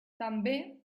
també